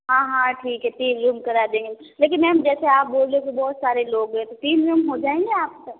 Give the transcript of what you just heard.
हाँ हाँ ठीक है ठीक रूम करा देंगे लेकिन मैम जैसे आप बोल रहे हो कि बहुत सारे लोग है तो तीन रूम हो जाएंगे आपको